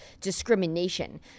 discrimination